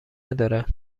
نداره